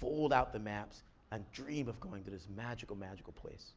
fold out the maps and dream of going to this magical, magical place.